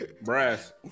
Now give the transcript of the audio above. Brass